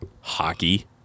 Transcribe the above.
Hockey